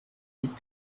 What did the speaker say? vite